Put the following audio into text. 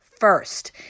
First